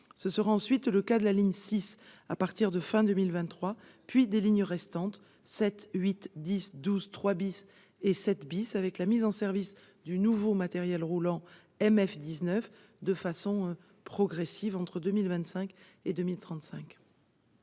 Ce sera ensuite le cas de la ligne 6 à partir de fin 2023, puis des lignes restantes- 7, 8, 10, 12, 3 et 7 -avec la mise en service du nouveau matériel roulant MF 19 de façon progressive entre 2025 et 2035.